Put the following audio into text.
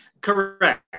Correct